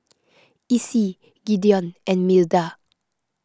Essie Gideon and Milda